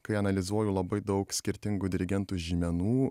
kai analizuoju labai daug skirtingų dirigentų žymenų